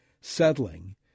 settling